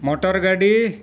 motor ᱜᱟᱹᱰᱤ